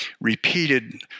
repeated